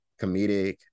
comedic